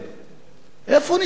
איפה נשמע דבר כזה?